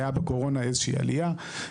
היה בקורונה איזושהי עלייה,